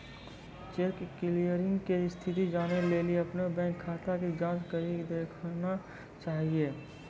cheque clearing के स्थिति जानै लेली अपनो बैंक खाता के जांच करि के देखना चाहियो